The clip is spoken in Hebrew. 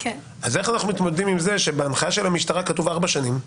איך אנחנו מתמודדים עם זה שבהנחיה של המשטרה כתוב ארבע שנים?